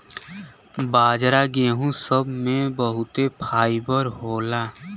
बाजरा गेहूं सब मे बहुते फाइबर होला